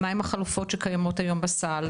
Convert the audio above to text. מהן החלופות שקיימות היום בסל,